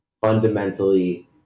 fundamentally